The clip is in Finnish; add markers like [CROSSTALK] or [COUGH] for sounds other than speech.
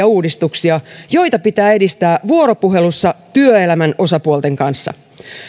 [UNINTELLIGIBLE] uudistuksia joita pitää edistää vuoropuhelussa työelämän osapuolten kanssa